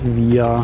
wir